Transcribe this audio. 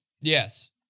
yes